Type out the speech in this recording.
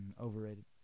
overrated